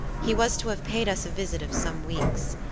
he was to have paid us a visit of some weeks,